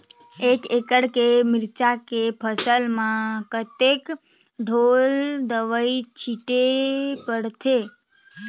एक एकड़ के मिरचा के फसल म कतेक ढोल दवई छीचे पड़थे?